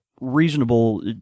reasonable